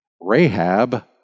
Rahab